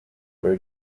were